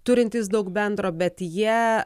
turintys daug bendro bet jie